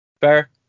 fair